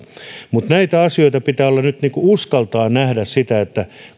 mutta näissä asioissa pitää uskaltaa nähdä se